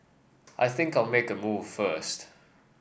I think I'll make a move first